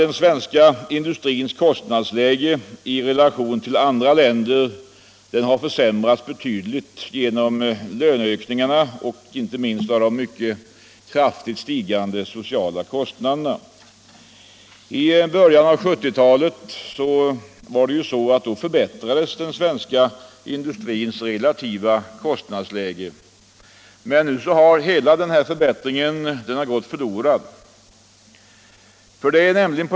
Den svenska industrins kostnadsläge i relation till andra länders har försämrats betydligt genom löneökningarna och inte minst av de kraftigt stigande sociala kostnaderna. I början av 1970-talet förbättrades den svenska industrins relativa kostnadsläge, men nu har hela förbättringen gått förlorad.